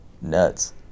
nuts